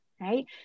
right